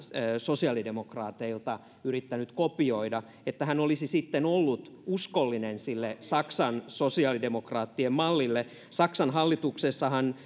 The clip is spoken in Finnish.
sosiaalidemokraateilta yrittänyt kopioida että hän olisi sitten ollut uskollinen sille saksan sosiaalidemokraattien mallille saksan hallituksessahan